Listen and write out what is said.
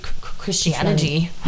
Christianity